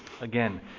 again